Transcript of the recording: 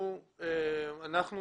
אנחנו